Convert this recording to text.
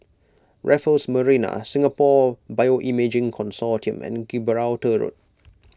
Raffles Marina Singapore Bioimaging Consortium and Gibraltar Road